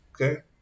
Okay